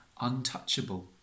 untouchable